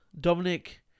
Dominic